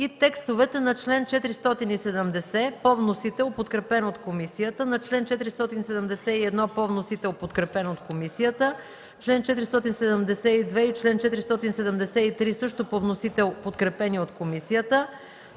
текстовете на чл. 470 по вносител, подкрепен от комисията; чл. 471 по вносител, подкрепен от комисията; чл. 472 и чл. 473 по вносител, подкрепени от комисията;